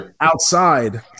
outside